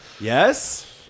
Yes